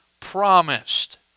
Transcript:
promised